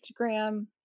Instagram